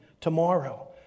tomorrow